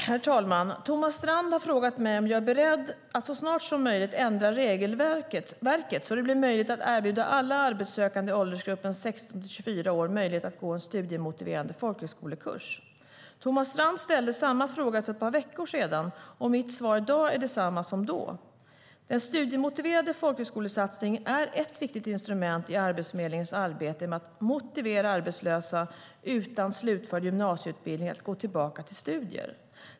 Herr talman! Thomas Strand har frågat mig om jag är beredd att så snart som möjligt ändra regelverket så att det blir möjligt att erbjuda alla arbetssökande i åldersgruppen 16-24 år möjlighet att gå en studiemotiverande folkhögskolekurs. Thomas Strand ställde samma fråga för ett par veckor sedan, och mitt svar i dag är detsamma som då. Den studiemotiverande folkhögskolesatsningen är ett viktigt instrument i Arbetsförmedlingens arbete med att motivera arbetslösa utan slutförd gymnasieutbildning att gå tillbaka till studier.